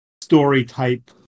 story-type